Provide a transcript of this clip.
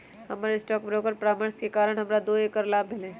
हमर stock broker के परामर्श के कारण हमरा दो करोड़ के लाभ होलय